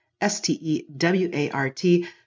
S-T-E-W-A-R-T